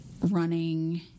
running